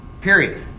period